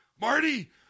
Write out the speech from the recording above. Marty